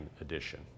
edition